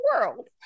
world